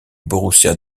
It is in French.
borussia